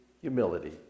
humility